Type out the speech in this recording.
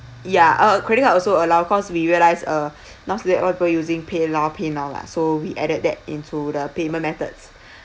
ya uh credit card also allowed cause we realised uh nowadays people using paylah paynow lah so we added that into the payment methods